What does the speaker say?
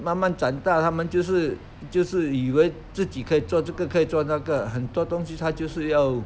慢慢长大他们就是就是以为自己可以做这个可以做那个很多东西他就是要